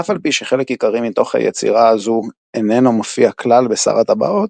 אף על פי שחלק עיקרי מתוך היצירה הזו איננו מופיע כלל בשר הטבעות,